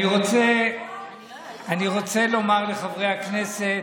אני רוצה לומר לחברי הכנסת,